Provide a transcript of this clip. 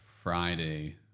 Friday